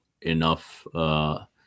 enough –